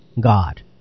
God